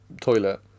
toilet